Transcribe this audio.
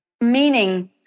meaning